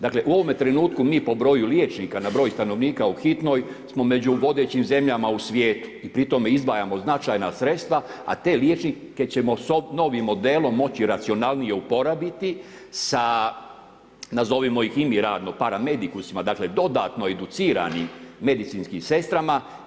Dakle, u ovome trenutku mi po broju liječnika na broj stanovnika u hitnoj smo među vodećim zemljama u svijetu i pri tome izdvajamo značajna sredstva, a te liječnike ćemo s novim modelom moći racionalnije uporabiti sa, nazovimo ih i mi radno, paramedikusima, dakle dodatno educiranim medicinskim sestrama.